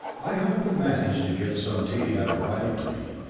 i hope you managed to get some tea after writing to me,